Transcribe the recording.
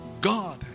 God